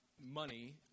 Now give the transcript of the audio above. money